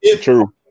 true